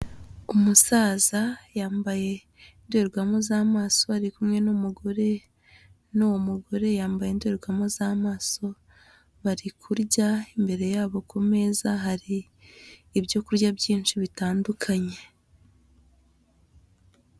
Umusaza yambaye indorerwamo z'amaso ari kumwe n'umugore n'uwo mugore yambaye indorerwamo z'amaso bari kurya, imbere yabo ku meza hari ibyo kurya byinshi bitandukanye.